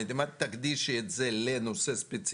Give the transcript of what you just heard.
אם את תקדישי את זה לנושא ספציפי,